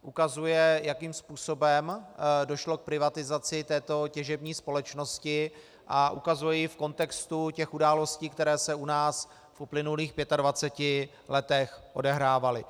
Ukazuje, jakým způsobem došlo k privatizaci této těžební společnosti, a ukazuje ji v kontextu těch událostí, které se u nás v uplynulých 25 letech odehrávaly.